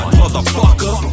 motherfucker